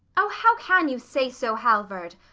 o, how can you say so, halvard?